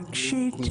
רגשית,